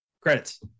Credits